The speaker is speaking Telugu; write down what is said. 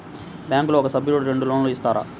బ్యాంకులో ఒక సభ్యుడకు రెండు లోన్లు ఇస్తారా?